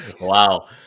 Wow